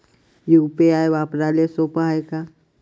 UPI वापराले सोप हाय का?